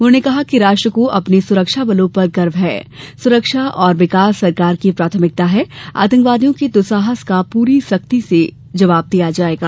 उन्होंने कहा कि राष्ट्र को अपने सुरक्षाबलों पर गर्व है सुरक्षा और विकास सरकार की प्राथमिकता है आतंकवादियों के दुस्साहस का पूरी सख्ती से जवाब दिया जायेगा